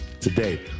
today